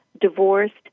divorced